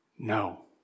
No